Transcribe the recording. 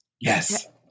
Yes